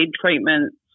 treatments